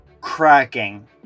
cracking